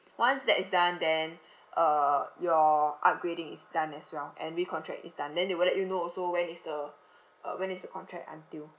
once that is done then uh your upgrading is done as well and recontract is done then they will let you know also when is the uh when is the contract until